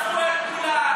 אספו את כולם,